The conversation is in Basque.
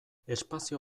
espazio